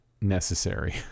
necessary